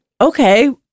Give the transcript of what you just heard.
okay